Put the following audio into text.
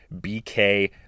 BK